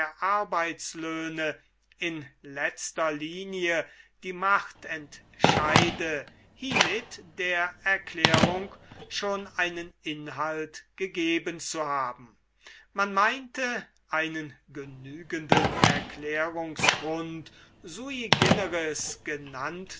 arbeitslöhne in letzter linie die macht entscheide hiemit der erklärung schon einen inhalt gegeben zu haben man meinte einen genügenden erklärungsgrund sui generis genannt